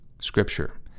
scripture